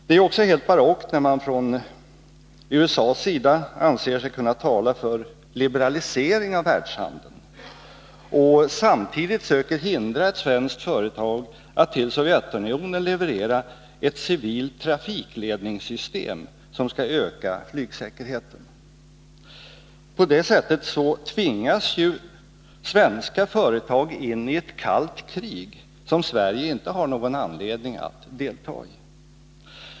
Det är helt barockt när man från USA:s sida anser sig kunna tala för liberalisering av världshandeln och samtidigt söker hindra ett svenskt företag att till Sovjetunionen leverera ett civilt trafikledningssystem som skall öka flygsäkerheten. På det sättet tvingas ju svenska företag in i ett kallt krig, som Sverige inte har någon anledning att delta 1.